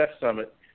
Summit